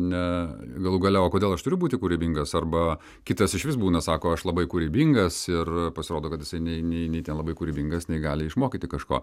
ne galų gale o kodėl aš turiu būti kūrybingas arba kitas išvis būna sako aš labai kūrybingas ir pasirodo kad jisai nei nei nei ten labai kūrybingas nei gali išmokyti kažko